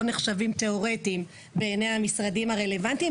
נחשבים תיאורטיים בעיניי המשרדים הרלוונטיים,